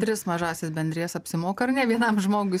tris mažąsias bendrijas apsimoka ar ne vienam žmogui